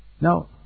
Now